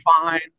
fine